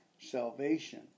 Salvation